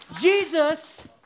Jesus